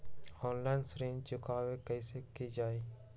Online ऋण चुकाई कईसे की ञाई?